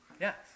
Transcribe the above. Yes